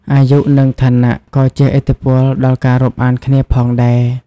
អាយុ និងឋានៈក៏ជះឥទ្ធិពលដល់ការរាប់អានគ្នាផងដែរ។